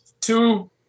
two